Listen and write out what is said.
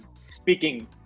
speaking